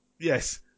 Yes